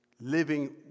living